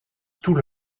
tout